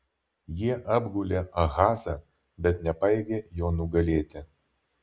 jie apgulė ahazą bet nepajėgė jo nugalėti